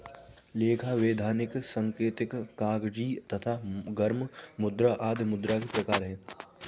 लेखा, वैधानिक, सांकेतिक, कागजी तथा गर्म मुद्रा आदि मुद्रा के प्रकार हैं